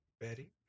Betty